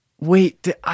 Wait